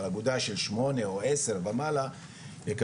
אבל אגודה של שמונה או עשר ומעלה יקבלו